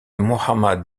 muhammad